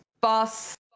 boss